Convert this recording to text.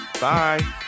Bye